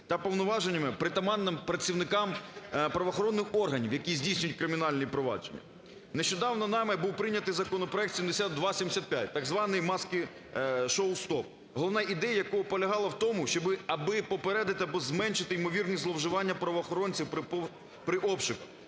та повноваженнями, притаманним працівникам правоохоронних органів, які здійснюють кримінальні провадження. Нещодавно нами був прийнятий законопроект 7275, так звані "маски-шоу стоп", головна ідея якого полягала в тому, щоб аби попередити або зменшити ймовірні зловживання правоохоронців при обшуку,